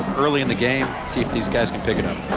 early in the game. see if these guys can pick it um